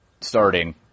starting